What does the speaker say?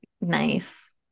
nice